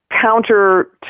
counter